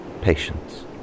Patience